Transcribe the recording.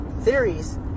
theories